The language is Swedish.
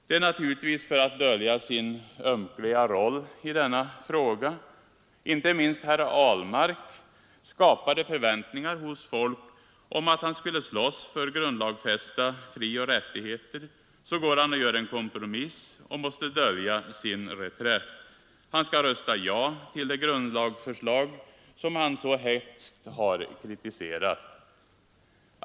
Det är naturligtvis för att dölja sin ömkliga roll i denna fråga. Inte minst herr Ahlmark skapade förväntningar hos folk om att han skulle slåss för grundlagsfästa frioch rättigheter. Så går han och gör en kompromiss och måste dölja sin reträtt. Han skall rösta ja till det grundlagsförslag som han så hätskt har kritiserat.